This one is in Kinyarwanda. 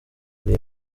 kuli